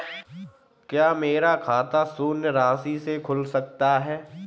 क्या मेरा खाता शून्य राशि से खुल सकता है?